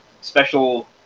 special